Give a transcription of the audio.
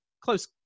close